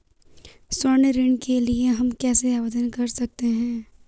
स्वर्ण ऋण के लिए हम कैसे आवेदन कर सकते हैं?